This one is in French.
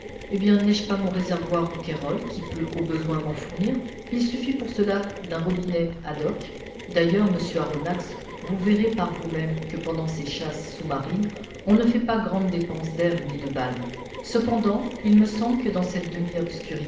eh bien n'ai-je pas mon réservoir rouquayrol qui peut au besoin m'en fournir il suffit pour cela d'un robinet ad hoc d'ailleurs monsieur aronnax vous verrez par vous-même que pendant ces chasses sous-marines on ne fait pas grande dépense d'air ni de balles cependant il me semble que dans cette